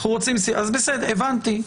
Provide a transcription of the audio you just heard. הבנתי.